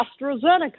AstraZeneca